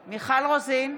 רוזין,